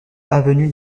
avenue